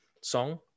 song